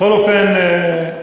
בכל אופן,